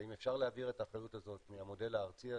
האם אפשר להעביר את האחריות הזאת מהמודל הארצי,